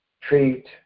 treat